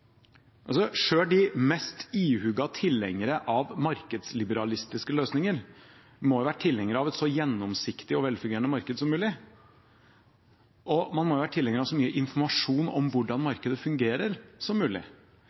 de mest ihuga tilhengere av markedsliberalistiske løsninger må jo være tilhengere av et så gjennomsiktig og velfungerende marked som mulig og av så mye informasjon om hvordan markedet fungerer som mulig.